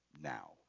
now